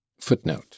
Footnote